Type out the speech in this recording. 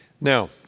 Now